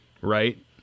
right